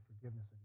forgiveness